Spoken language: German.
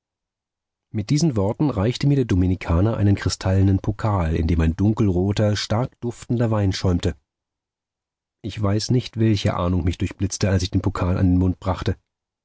mit diesen worten reichte mir der dominikaner einen kristallenen pokal in dem ein dunkelroter stark duftender wein schäumte ich weiß nicht welche ahnung mich durchblitzte als ich den pokal an den mund brachte